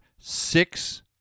six